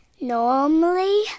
Normally